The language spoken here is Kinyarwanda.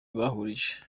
bahurije